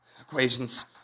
equations